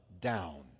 down